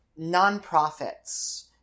nonprofits